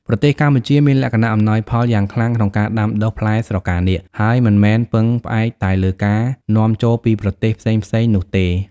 ប្រទេសកម្ពុជាមានលក្ខណៈអំណោយផលយ៉ាងខ្លាំងក្នុងការដាំដុះផ្លែស្រកានាគ ហើយមិនមែនពឹងផ្អែកតែលើការនាំចូលពីប្រទេសផ្សេងៗនោះទេ។